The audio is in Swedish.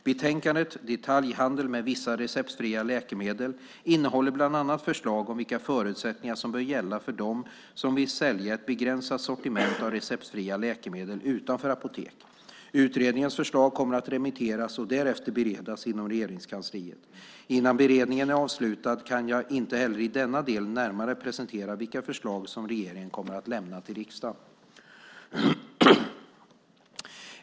Betänkandet Detaljhandel med vissa receptfria läkemedel innehåller bland annat förslag om vilka förutsättningar som bör gälla för dem som vill sälja ett begränsat sortiment av receptfria läkemedel utanför apotek. Utredningens förslag kommer nu att remitteras och därefter beredas inom Regeringskansliet. Innan beredningen är avslutad kan jag inte heller i denna del närmare presentera vilka förslag som regeringen kommer att lämna till riksdagen.